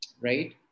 right